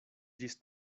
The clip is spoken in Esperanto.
ĝis